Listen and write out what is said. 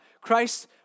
Christ